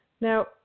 Now